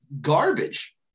garbage